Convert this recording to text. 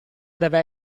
deve